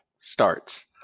starts